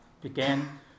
began